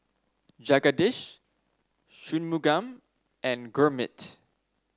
Jagadish Shunmugam and Gurmeet